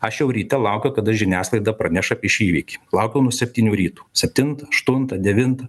aš jau ryte laukiau kada žiniasklaida praneš apie šį įvykį laukiau nuo septynių ryto septintą aštuntą devintą